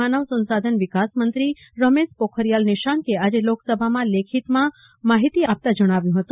માનવ સંસાધન વિકાસ મંત્રી રમેશ પોખરીયાલ નિશાંકે આજે લોકસભામાં લેખિતમાં આ માહિતી આપી હતી